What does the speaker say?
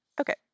okay